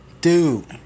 dude